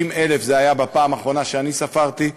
60,000 זה היה בפעם האחרונה שאני ספרתי,